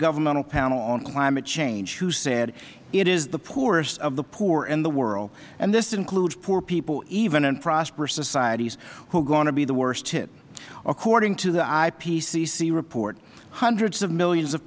governmental panel on climate change who said it is the poorest of the poor in the world and this includes poor people even in prosperous societies who are going to be the worst hit according to the ipcc report hundreds of millions of